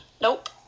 Nope